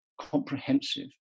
comprehensive